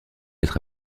être